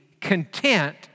content